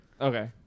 Okay